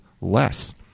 less